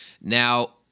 Now